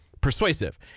persuasive